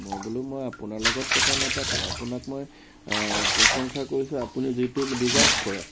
মই বোলো মই আপোনাৰ লগত কথা নাপাতো আপোনাক মই প্ৰশংসা কৰিছো আপুনি যিটো ডিজাৰ্ভ কৰে